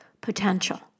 potential